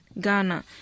Ghana